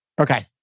Okay